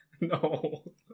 No